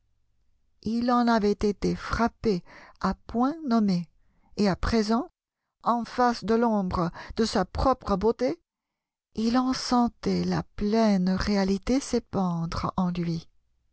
il en avait été frappé à point nommé et à présent en face de l'ombre de sa propre beauté il en sentait la pleine réalité s'épandre en lui